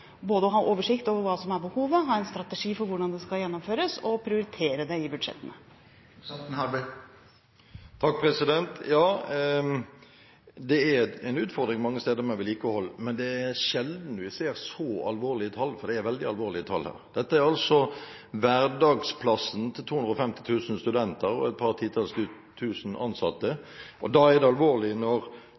både å ha oversikt over hva som er behovet, ha en strategi for hvordan det skal gjennomføres, og prioritere det i budsjettene. Det er en utfordring mange steder med vedlikehold. Men det er sjelden vi ser så alvorlige tall, for det er veldig alvorlige tall her. Dette er altså hverdagsplassen til 250 000 studenter og et par titalls tusen ansatte. Da er det alvorlig når